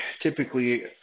typically